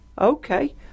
okay